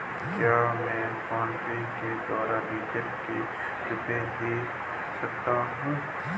क्या मैं फोनपे के द्वारा डीज़ल के रुपए दे सकता हूं?